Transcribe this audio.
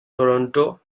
toronto